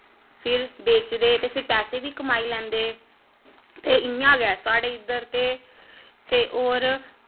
फिर बेचदे ते फिर पैहे बी कमाई लैंदे ते इ'यां गै साढ़े इद्धर ते ते होर